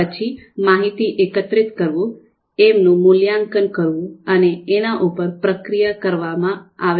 પછી માહિતી એકત્રિત કરવું એનું મૂલ્યાંકન કરવું અને એના ઉપર પ્રક્રિયા કરવામાં આવે છે